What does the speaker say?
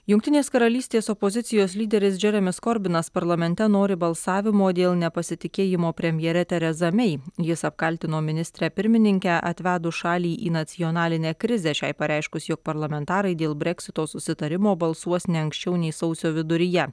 jungtinės karalystės opozicijos lyderis džeremis korbinas parlamente nori balsavimo dėl nepasitikėjimo premjere tereza mei jis apkaltino ministrę pirmininkę atvedus šalį į nacionalinę krizę šiai pareiškus jog parlamentarai dėl breksito susitarimo balsuos ne anksčiau nei sausio viduryje